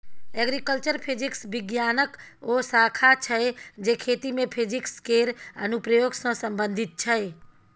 agriculture physics बिज्ञानक ओ शाखा छै जे खेती मे फिजिक्स केर अनुप्रयोग सँ संबंधित छै